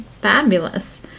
Fabulous